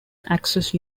access